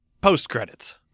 post-credits